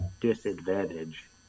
disadvantage